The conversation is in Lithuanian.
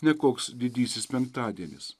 ne koks didysis penktadienis